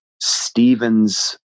Stephen's